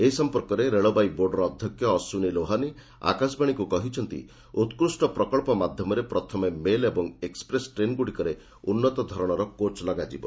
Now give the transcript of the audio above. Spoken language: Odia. ଏ ସଂପର୍କରେ ରେଳବାଇ ବୋର୍ଡର ଅଧ୍ୟକ୍ଷ ଅଶ୍ୱିନୀ ରେଲାହାନି ଆକାଶବାଣୀକୁ କହିଛନ୍ତି ଉକ୍ଷ୍ଟ ପ୍ରକଳ୍ପ ମାଧ୍ୟମରେ ପ୍ରଥମେ ମେଲ୍ ଓ ଏକ୍ସପ୍ରେସ୍ ଟ୍ରେନ୍ଗୁଡ଼ିକରେ ଉନ୍ନତ ଧରଣର କୋଚ୍ ଲଗାଯିବ